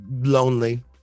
lonely